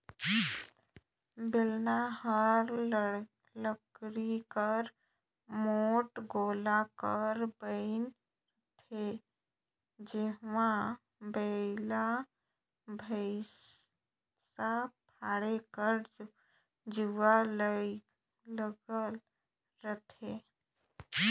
बेलना हर लकरी कर मोट गोला कर बइन रहथे जेम्हा बइला भइसा फादे कर जुवा लगल रहथे